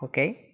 okay